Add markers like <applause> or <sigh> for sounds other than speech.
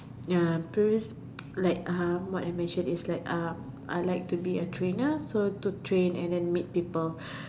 ya previously <noise> like um what I mentioned is like uh I like to be a trainer to train and then meet people